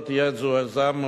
ואם לא תהיה תזוזה ממשית,